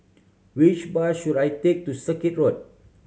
which bus should I take to Circuit Road